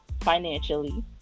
financially